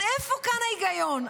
אז איפה ההיגיון כאן?